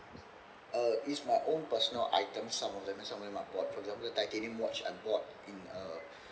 uh is my own personal items some of them and some of them I bought for example the titanium watch I bought in uh